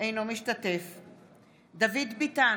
אינו משתתף בהצבעה דוד ביטן,